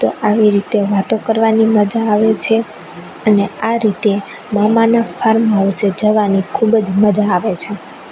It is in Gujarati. તો આવી રીતે વાતો કરવાની મજા આવે છે અને આ રીતે મામાના ફાર્મ હાઉસે જવાની ખૂબ જ મજા આવે છે